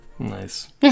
Nice